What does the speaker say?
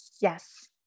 yes